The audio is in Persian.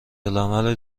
العمل